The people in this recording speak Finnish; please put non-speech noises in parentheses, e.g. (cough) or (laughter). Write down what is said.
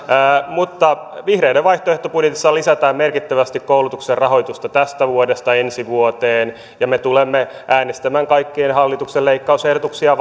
vihreiden vaihtoehtobudjetissa lisätään merkittävästi koulutuksen rahoitusta tästä vuodesta ensi vuoteen ja me tulemme äänestämään kaikkia hallituksen leikkausehdotuksia (unintelligible)